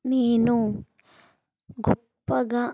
నేను గొప్పగా